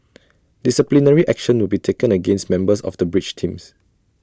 disciplinary action will be taken against members of the bridge teams